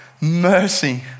mercy